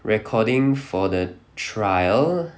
recording for the trial